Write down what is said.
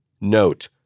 Note